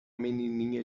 menininha